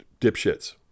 dipshits